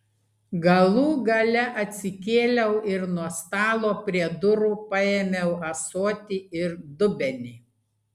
galų gale atsikėliau ir nuo stalo prie durų paėmiau ąsotį ir dubenį